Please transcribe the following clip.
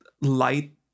light